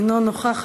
אינו נוכח,